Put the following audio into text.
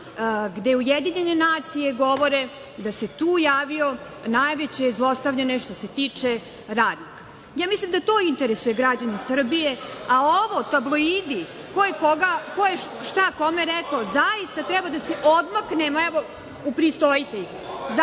gde Ujedinjene nacije govore da se tu javilo najveće zlostavljanje što se tiče radnika? Mislim da to interesuje građane Srbije, a ovo, tabloidi, ko je koga, ko je šta kome rekao, zaista treba da se odmaknemo od tih tema.